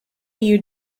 you